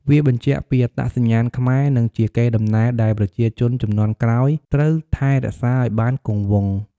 វាបញ្ជាក់ពីអត្តសញ្ញាណខ្មែរ និងជាកេរដំណែលដែលប្រជាជនជំនាន់ក្រោយត្រូវថែរក្សាឲ្យបានគង់វង្ស។